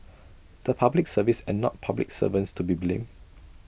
the Public Service and not public servants to be blamed